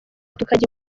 tukajya